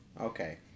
okay